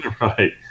right